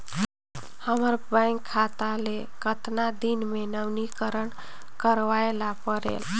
हमर बैंक खाता ले कतना दिन मे नवीनीकरण करवाय ला परेल?